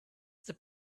that